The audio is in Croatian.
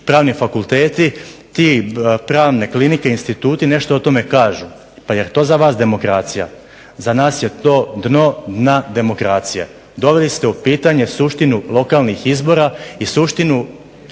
pravni fakulteti, te pravne klinike i instituti nešto o tome kažu. Pa jel to za vas demokracija? Za nas je to dno dna demokracije. Doveli ste u pitanje suštinu lokalnih izbora i suštinu